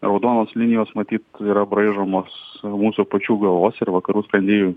raudonos linijos matyt yra braižomos mūsų pačių galvos ir vakarų sprendėjų